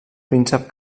príncep